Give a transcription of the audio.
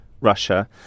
Russia